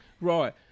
Right